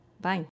Bye